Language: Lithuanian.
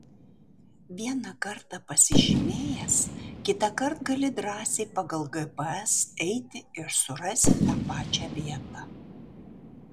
vieną kartą pasižymėjęs kitąkart gali drąsiai pagal gps eiti ir surasi tą pačią vietą